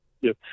Yes